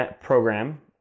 program